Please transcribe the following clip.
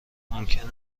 ممکن